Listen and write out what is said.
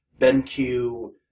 BenQ